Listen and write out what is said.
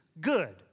good